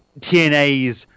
TNA's